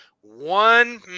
one